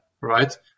right